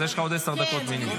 ואז יש לך עוד עשר דקות מינימום.